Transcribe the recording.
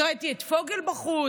ראיתי את פוגל בחוץ,